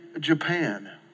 Japan